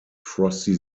frosty